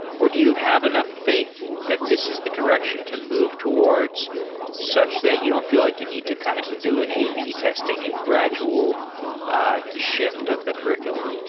or do you have enough faith that this is the direction to move towards such that you don't feel like you need to kind of do an ab testing and gradual ah shift of the curr iculum?